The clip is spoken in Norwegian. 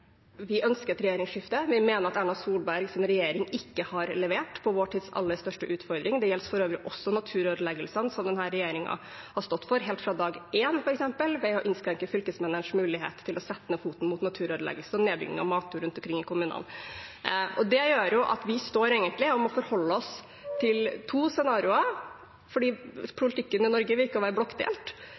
ønsker et regjeringsskifte. Vi mener at Ernas Solbergs regjering ikke har levert på vår tids aller største utfordring. Det gjelder for øvrig også naturødeleggelsene som denne regjeringen har stått for helt fra dag én, ved å innskrenke fylkesmennenes mulighet til å sette ned foten mot naturødeleggelser og nedbygging av matjord rundt omkring i kommunene. Det gjør at vi egentlig står og må forholde oss til to scenarioer, fordi politikken i Norge ser ut til å være blokkdelt: